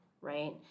right